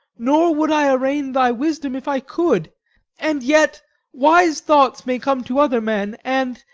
nor would i arraign thy wisdom, if i could and yet wise thoughts may come to other men and,